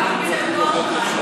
אתה גם מקפיד על התואר שלך,